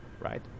right